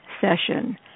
session